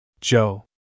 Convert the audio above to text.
Joe